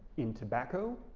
in tobacco,